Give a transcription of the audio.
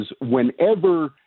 whenever